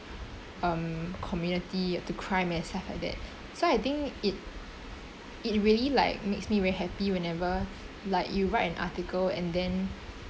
um community to crime and stuff like that so I think it it really like makes me very happy whenever like you write an article and then